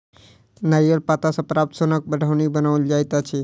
नारियलक पात सॅ प्राप्त सोनक बाढ़नि बनाओल जाइत अछि